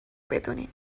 بدونین